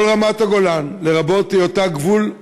בכל רמת-הגולן, למרות היותה גבול,